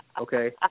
Okay